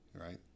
right